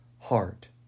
heart